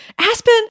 Aspen